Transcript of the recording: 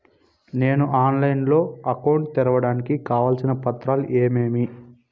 నేను ఆన్లైన్ లో అకౌంట్ తెరవడానికి కావాల్సిన పత్రాలు ఏమేమి?